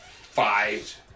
five